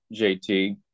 JT